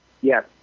Yes